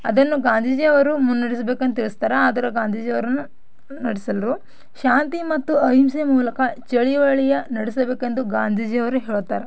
ಅದನ್ನು ಗಾಂಧೀಜಿ ಅವರು ಮುನ್ನಡೆಸಬೇಕು ಅಂತ ತಿಳಿಸ್ತಾರೆ ಆದರೆ ಗಾಂಧೀಜಿಯವರು ನಡೆಸೋಲ್ಲ ಶಾಂತಿ ಮತ್ತು ಅಹಿಂಸೆಯ ಮೂಲಕ ಚಳುವಳಿಯ ನಡೆಸಬೇಕೆಂದು ಗಾಂಧೀಜಿಯವರು ಹೇಳುತ್ತಾರೆ